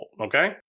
okay